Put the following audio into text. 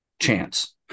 chance